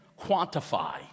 quantify